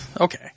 Okay